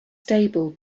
stable